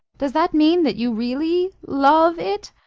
does that mean that you really love it?